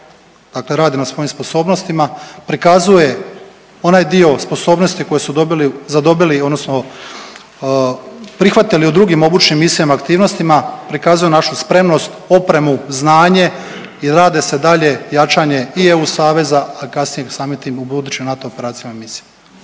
dakle radi na svojim sposobnostima, prikazuje onaj dio sposobnosti koje su zadobili, odnosno prihvatili u drugim obučnim misijama, aktivnostima prikazuju našu spremnost, opremu, znanje i radi se dalje jačanje i EU saveza, a kasnije samim tim u području NATO operacijama, misija.